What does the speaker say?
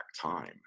Time